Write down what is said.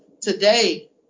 today